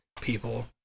people